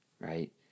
Right